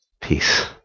Peace